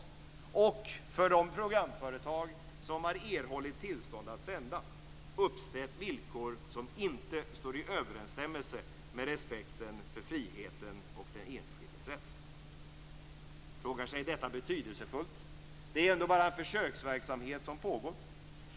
Man har för de programföretag som har erhållit tillstånd att sända uppställt villkor som inte står i överensstämmelse med respekten för friheten och den enskildes rätt. Man frågar sig: Är detta betydelsefullt? Det är ju ändå bara en försöksverksamhet som pågår.